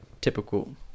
typical